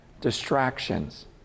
distractions